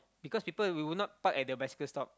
because people we would not park at the bicycle stop